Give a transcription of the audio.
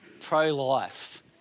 pro-life